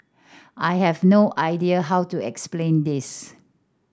I have no idea how to explain this